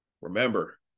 Remember